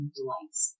delights